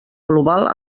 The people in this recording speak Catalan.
global